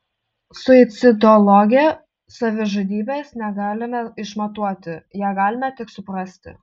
suicidologė savižudybės negalime išmatuoti ją galime tik suprasti